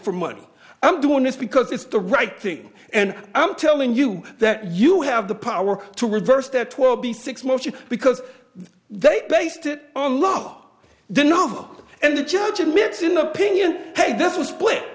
for money i'm doing this because it's the right thing and i'm telling you that you have the power to reverse that won't be six months you because they based it on law then no and the judge admits in the opinion hey this is split